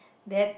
that